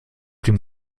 dem